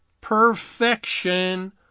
perfection